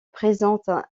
présente